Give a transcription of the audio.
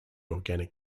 organic